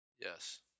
Yes